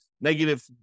negative